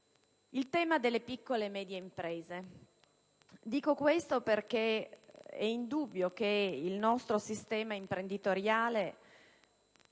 quello delle piccole e medie imprese. Dico questo perché è indubbio che il nostro sistema imprenditoriale